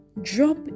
drop